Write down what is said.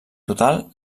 total